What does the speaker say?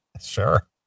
Sure